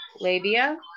labia